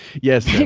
Yes